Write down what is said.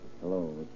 Hello